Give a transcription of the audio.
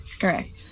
Correct